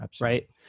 Right